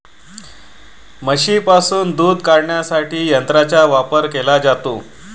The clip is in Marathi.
म्हशींपासून दूध काढण्यासाठी यंत्रांचा वापर केला जातो